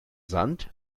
sand